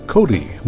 Cody